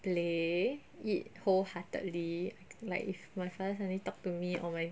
play it wholeheartedly like if my father suddenly talk to me or my